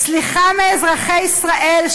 סליחה מאזרחי ישראל,